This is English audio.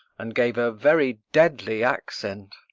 and gave a very deadly accent.